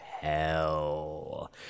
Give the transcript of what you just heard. Hell